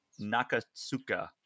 nakatsuka